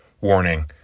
warning